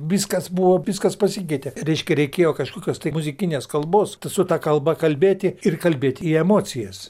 viskas buvo viskas pasikeitė reiškia reikėjo kažkokios tai muzikinės kalbos su ta kalba kalbėti ir kalbėt į emocijas